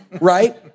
right